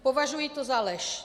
Považuji to za lež.